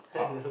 I don't know